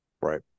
Right